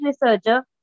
researcher